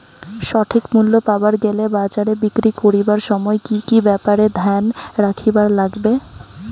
সঠিক মূল্য পাবার গেলে বাজারে বিক্রি করিবার সময় কি কি ব্যাপার এ ধ্যান রাখিবার লাগবে?